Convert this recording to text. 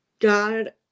God